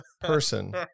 person